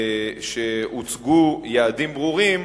שהוצגו יעדים ברורים,